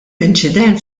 inċident